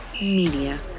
Media